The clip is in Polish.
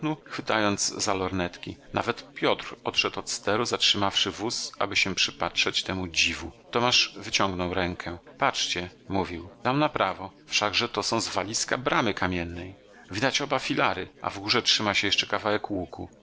chwytając za lornetki nawet piotr odszedł od steru zatrzymawszy wóz aby się przypatrzyć temu dziwu tomasz wyciągnął rękę patrzcie mówił tam na prawo wszakże to są zwaliska bramy kamiennej widać oba filary a w górze trzyma się jeszcze kawałek łuku